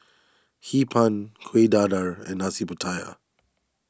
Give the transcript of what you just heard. Hee Pan Kuih Dadar and Nasi Pattaya